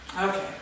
Okay